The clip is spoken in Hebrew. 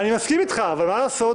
אני מסכים איתך, אבל מה לעשות?